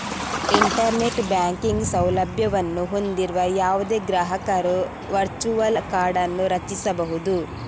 internet banking ಸೌಲಭ್ಯವನ್ನು ಹೊಂದಿರುವ ಯಾವುದೇ ಗ್ರಾಹಕರು ವರ್ಚುವಲ್ ಕಾರ್ಡ್ ಅನ್ನು ರಚಿಸಬಹುದು